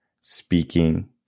speaking